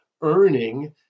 earning